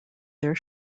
their